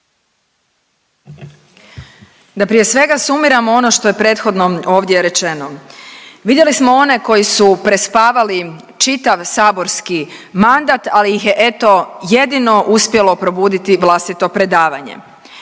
Da prije svega sumiramo ono što je prethodno ovdje rečeno. Vidjeli smo one koji su prespavali čitav saborski mandat ali ih je eto jedino uspjelo probuditi vlastito predavanje.